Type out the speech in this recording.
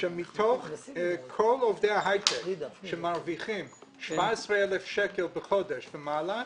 מתוך כל עובדי ההיי-טק שמרוויחים 17,000 שקלים בחודש ומעלה,